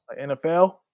NFL